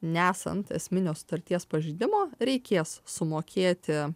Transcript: nesant esminio sutarties pažeidimo reikės sumokėti